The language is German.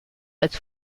als